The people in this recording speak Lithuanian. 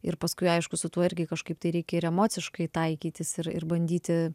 ir paskui aišku su tuo irgi kažkaip tai reikia ir emociškai taikytis ir ir bandyti